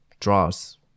draws